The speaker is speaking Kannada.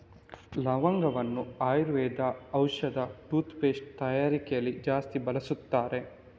ಲವಂಗವನ್ನ ಆಯುರ್ವೇದ ಔಷಧ, ಟೂತ್ ಪೇಸ್ಟ್ ತಯಾರಿಕೆಯಲ್ಲಿ ಜಾಸ್ತಿ ಬಳಸ್ತಾರೆ